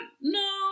no